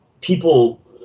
people